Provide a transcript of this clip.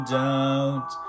doubt